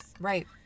Right